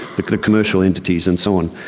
the commercial entities and so on,